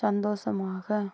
சந்தோஷமாக